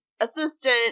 assistant